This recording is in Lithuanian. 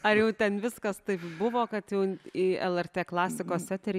ar jau ten viskas taip buvo kad jau į lrt klasikos eterį